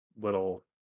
little